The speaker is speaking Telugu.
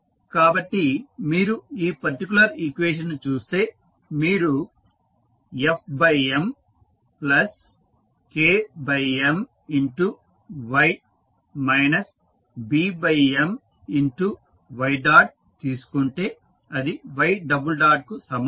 కాబట్టి మీరు ఈ పర్టికులర్ ఈక్వేషన్ ను చూస్తే మీరు f M plus K M into y minus B M into y dot తీసుకుంటే అది y డబుల్ డాట్కు సమానం